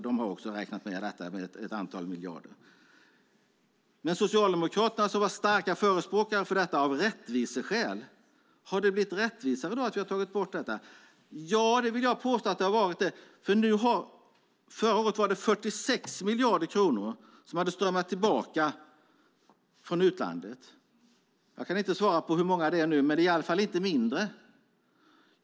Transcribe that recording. De har också räknat med den med ett antal miljarder. Socialdemokraterna var starka förespråkare för detta av rättviseskäl. Har det blivit rättvisare av att vi har tagit bort den? Ja, det vill jag påstå. Förra året strömmade 46 miljarder kronor tillbaka från utlandet. Jag kan inte svara på hur många det är nu, men det är i alla fall inte mindre.